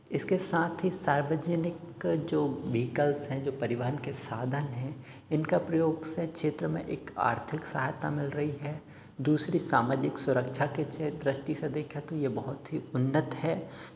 इसके साथ ही सार्वजनिक जो भीकल्स हैं जो परिवहन के साधन हैं इनका प्रयोग से क्षेत्र में एक आर्थिक सहायता मिल रही है दूसरी सामाजिक सुरक्षा के द्रष्टि से देखें तो यह बहुत ही उन्नत है